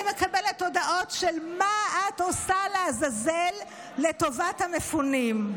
אני מקבלת הודעות: מה את עושה לעזאזל לטובת המפונים?